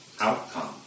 outcome